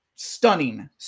stunning